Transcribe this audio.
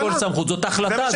זאת החלטה.